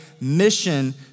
mission